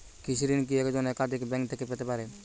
কৃষিঋণ কি একজন একাধিক ব্যাঙ্ক থেকে পেতে পারে?